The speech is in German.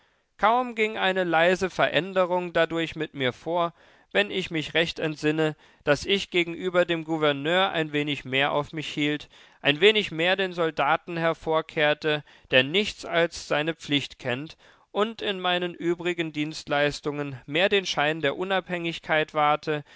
kaum ging eine leise veränderung dadurch mit mir vor wenn ich mich recht entsinne daß ich gegenüber dem gouverneur ein wenig mehr auf mich hielt ein wenig mehr den soldaten hervorkehrte der nichts als seine pflicht kennt und in meinen übrigen dienstleistungen mehr den schein der unabhängigkeit wahrte